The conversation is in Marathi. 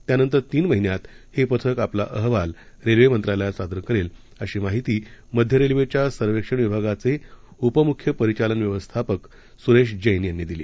त्यानंतर तीन महिन्यांमधे हे पथक आपला अहवाल रेल्वे मंत्रालयाला सादर करेल अशी माहिती मध्य रेल्वेच्या सर्वेक्षण विभागाचे उपमुख्य परिचालन व्यवस्थापक सुरेश जेन यांनी दिली